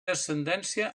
ascendència